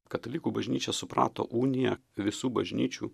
katalikų bažnyčia suprato uniją visų bažnyčių